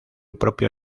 propio